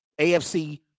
AFC